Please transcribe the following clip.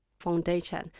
foundation